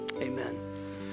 amen